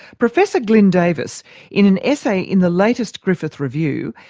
professor glyn davis in an essay in the latest griffith review,